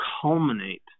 culminate